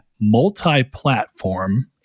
multi-platform